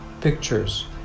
pictures